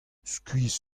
skuizh